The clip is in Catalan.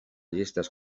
llistes